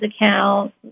account